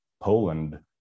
Poland